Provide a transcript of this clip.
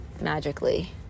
magically